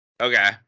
Okay